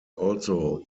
also